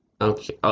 Okay